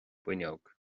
bhfuinneog